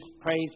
praise